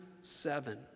Seven